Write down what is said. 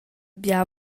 bia